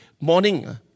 morning